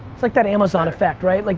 it's like that amazon effect, right? like